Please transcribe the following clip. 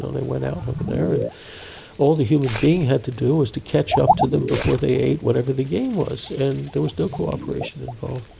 they went out over there and all the human being had to do was to catch up to them before they ate whatever the game was, and there was no cooperation involved.